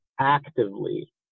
actively –